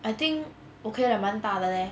I think okay lah 蛮大的 leh